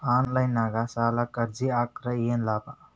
Online ನಾಗ್ ಸಾಲಕ್ ಅರ್ಜಿ ಹಾಕದ್ರ ಏನು ಲಾಭ?